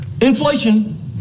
Inflation